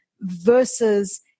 versus